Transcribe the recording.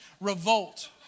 revolt